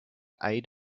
aid